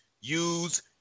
use